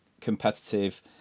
competitive